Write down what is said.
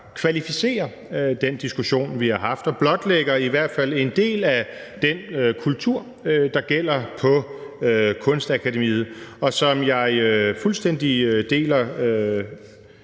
kvalificerer den diskussion, vi har haft, og i hvert fald blotlægger en del af den kultur, der gælder på Kunstakademiet. Jeg deler fuldstændig den